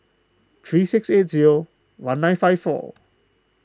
three six eight zero one nine five four